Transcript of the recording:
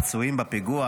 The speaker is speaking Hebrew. הפצועים בפיגוע,